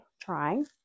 trying